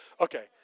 Okay